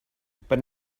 but